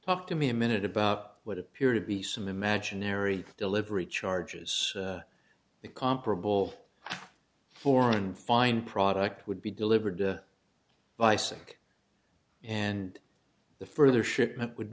talk to me a minute about what appear to be some imaginary delivery charges the comparable foreign fine product would be delivered by sick and the further shipment would